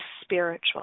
spiritual